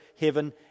heaven